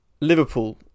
Liverpool